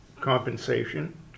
compensation